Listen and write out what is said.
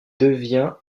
devient